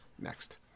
Next